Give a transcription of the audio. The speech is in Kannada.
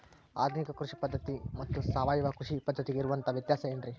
ಆಧುನಿಕ ಕೃಷಿ ಪದ್ಧತಿ ಮತ್ತು ಸಾವಯವ ಕೃಷಿ ಪದ್ಧತಿಗೆ ಇರುವಂತಂಹ ವ್ಯತ್ಯಾಸ ಏನ್ರಿ?